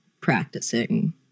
practicing